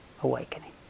awakening